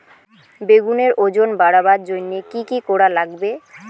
বেগুনের ওজন বাড়াবার জইন্যে কি কি করা লাগবে?